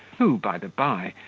who, by the bye,